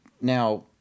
Now